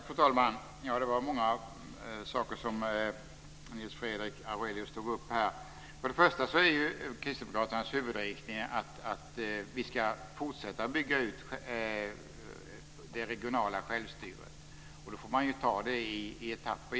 Fru talman! Det var många saker som Nils Fredrik Aurelius tog upp här. Kristdemokraternas huvudinriktning är att vi ska fortsätta att bygga ut det regionala självstyret, och då får vi givetvis ta det i etapper.